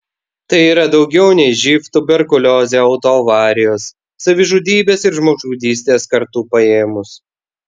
tai yra daugiau nei živ tuberkuliozė autoavarijos savižudybės ir žmogžudystės kartu paėmus